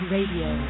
Radio